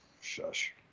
shush